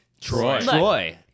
Troy